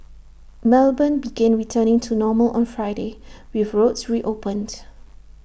melbourne began returning to normal on Friday with roads reopened